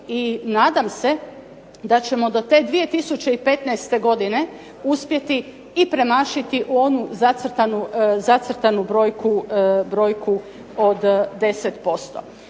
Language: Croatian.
i nadam se da ćemo do te 2015. godine uspjeti i premašiti onu zacrtanu brojku od 10%.